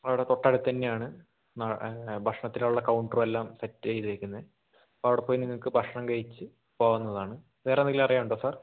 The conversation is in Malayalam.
അവിടെ തൊട്ടടുത്തുതന്നെയാണ് ഭക്ഷണത്തിനുള്ള കൗണ്ടർ എല്ലാം സെറ്റ് ചെയ്തേക്കുന്നത് അപ്പോൾ അവിടെ പോയി നിങ്ങൾക്ക് ഭക്ഷണം കഴിച്ച് പോകാവുന്നതാണ് വേറെ എന്തെങ്കിലും അറിയാൻ ഉണ്ടോ സാർ